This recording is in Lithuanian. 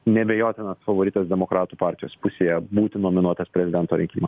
neabejotinas favoritas demokratų partijos pusėje būti nominuotas prezidento rinkimams